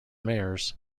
mayors